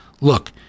look